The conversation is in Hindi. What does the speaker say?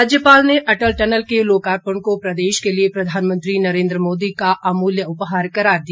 राज्यपाल ने अटल टनल के लोकार्पण को प्रदेश के लिए प्रधानमंत्री नरेन्द्र मोदी का अमूल्य उपहार करार दिया